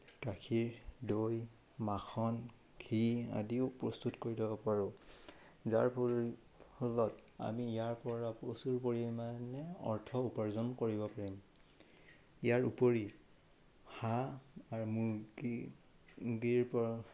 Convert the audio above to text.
গাখীৰ দৈ মাখন ঘি আদিও প্ৰস্তুত কৰি ল'ব পাৰোঁ যাৰ ফলত আমি ইয়াৰ পৰা প্ৰচুৰ পৰিমানে অৰ্থ উপাৰ্জন কৰিব পাৰিম ইয়াৰ উপৰি হাঁহ আৰু মুৰ্গীৰ পৰা